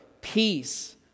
peace